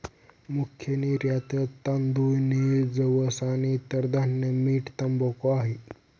मुख्य निर्यातत तांदूळ, नीळ, जवस आणि इतर धान्य, मीठ, तंबाखू आहे